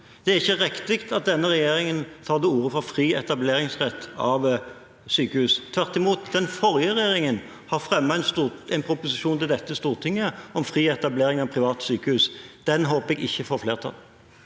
Det er ikke riktig at denne regjeringen tar til orde for fri etableringsrett av sykehus. Tvert imot, den forrige regjeringen har fremmet en proposisjon til dette stortinget om fri etablering av private sykehus. Den håper jeg ikke får flertall.